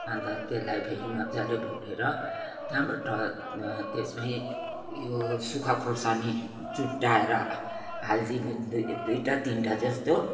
अन्त त्यसलाई फेरि मज्जाले भुटेर त्यहाँबाट त्यसमै उयो सुख्खा खोर्सानी चुट्टाएर हाल्दिनु दुई दुइटा तिनटा जोस्तो